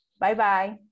Bye-bye